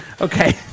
Okay